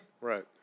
Right